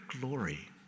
glory